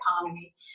economy